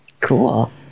Cool